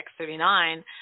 X39